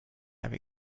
have